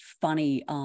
funny